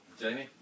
Jamie